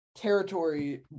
territory